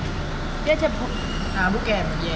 dia macam boot